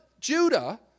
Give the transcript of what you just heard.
Judah